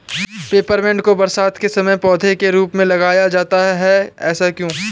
Peppermint को बरसात के समय पौधे के रूप में लगाया जाता है ऐसा क्यो?